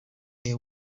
they